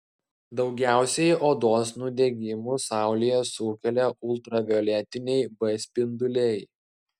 daugiausiai odos nudegimų saulėje sukelia ultravioletiniai b spinduliai